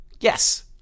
yes